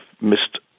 missed